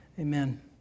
Amen